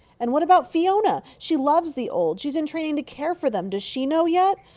and what about fiona? she loves the old! she's in training to care for them. does she know yet?